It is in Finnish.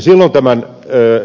silloin tämän ed